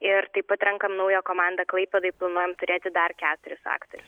ir taip pat renkam naują komandą klaipėdai planuojam turėti dar keturis aktorius